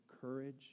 courage